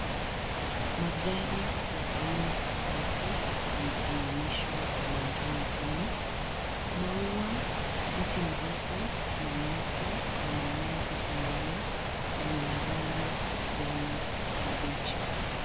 Magari ya aina tofauti yamesimamishwa uwanjani humu. Maua na mti mrefu na nyasi yamemea huku ndani na ni la rangi kijani kibichi.